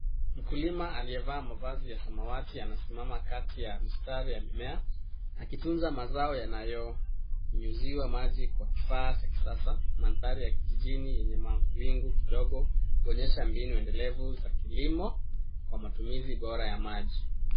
Mkulima aliyevaa mavazi ya samawati anasimama kati ya mistari ya mimea akitunza mazao yanayonyunyiziwa maji kwa kifaa cha kisasa. Mandhari ya kijijini yenye mawingu kidogo kuonyesha mbinu endelevu za kilimo kwa matumizi bora ya maji.